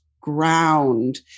ground